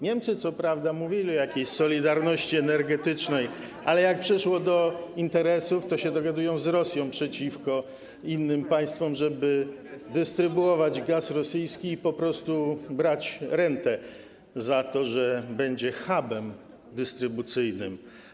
Niemcy co prawda mówili o jakiejś solidarności energetycznej, ale jak przyszło do interesów, to dogadują się z Rosją przeciwko innym państwom, żeby dystrybuować gaz rosyjski i brać rentę za to, że będzie hubem dystrybucyjnym.